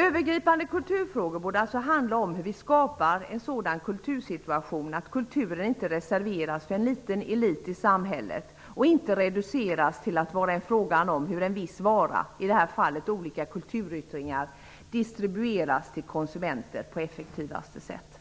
Övergripande kulturfrågor borde alltså handla om hur vi skapar en sådan kultursituation att kulturen inte reserveras för en liten elit i samhället och inte reduceras till att vara en fråga om hur en viss vara -- i det här fallet olika kulturyttringar -- distribueras till konsumenter på effektivaste sätt.